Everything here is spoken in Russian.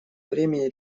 времени